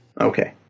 Okay